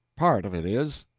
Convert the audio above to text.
part of it is.